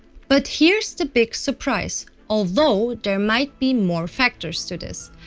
but here's the big surprise although there might be more factors to this,